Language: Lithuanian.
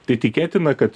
tai tikėtina kad